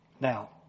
Now